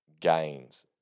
gains